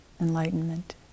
enlightenment